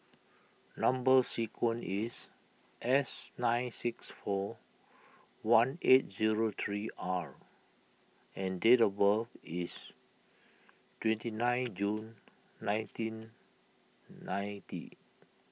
Number Sequence is S nine six four one eight zero three R and date of birth is twenty nine June nineteen ninety